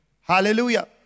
Hallelujah